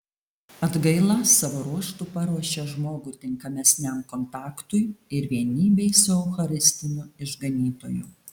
atgaila savo ruožtu paruošia žmogų tinkamesniam kontaktui ir vienybei su eucharistiniu išganytoju